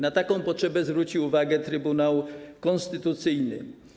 Na taką potrzebę zwrócił uwagę Trybunał Konstytucyjny.